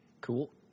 Cool